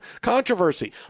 controversy